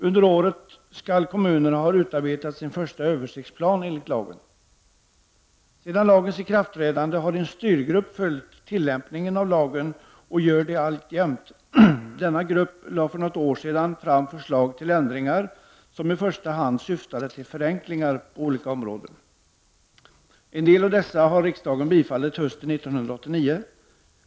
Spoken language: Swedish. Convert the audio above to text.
Under året skall kommunerna ha utarbetat sin första översiktsplan enligt lagen. Sedan lagens ikraftträdande har en styrgrupp följt tillämpningen av lagen och gör det alltjämt. Denna grupp lade för något år sedan fram förslag till ändringar som i första hand syftade till förenklingar på olika områden. En del av dessa biföll riksdagen hösten 1989.